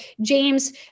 James